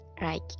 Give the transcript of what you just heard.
right